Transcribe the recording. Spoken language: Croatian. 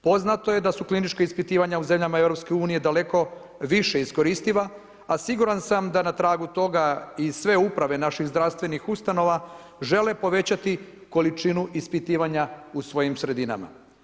Poznato je da su klinička ispitivanja u zemljama EU daleko više iskoristiva, a siguran sam da na tragu toga i sve uprave naših zdravstvenih ustanova žele povećati količinu ispitivanja u svojim sredinama.